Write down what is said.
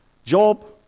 Job